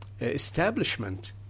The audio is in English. establishment